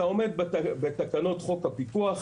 אתה עומד בתקנות חוק הפיקוח,